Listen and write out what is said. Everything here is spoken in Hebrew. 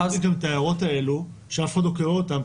יש גם את ההערות האלה שאף אחד לא קורא אותן,